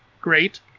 great